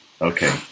Okay